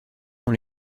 dans